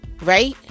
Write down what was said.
right